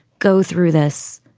go through this.